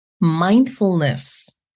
mindfulness